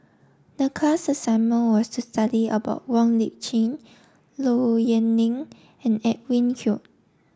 the class assignment was to study about Wong Lip Chin Low Yen Ling and Edwin Koek